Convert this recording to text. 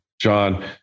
John